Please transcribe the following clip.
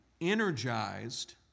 energized